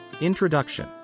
Introduction